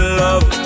love